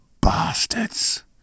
bastards